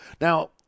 Now